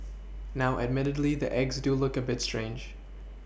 now admittedly the eggs do look a bit strange